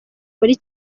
muri